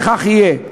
וכך יהיה.